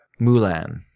Mulan